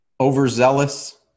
overzealous